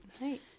Nice